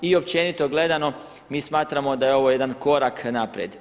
I općenito gledano mi smatramo da je ovo jedan korak naprijed.